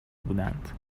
بودند